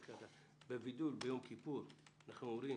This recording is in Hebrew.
בווידוי ביום כיפור אנחנו מכים